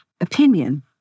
opinion